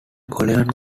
college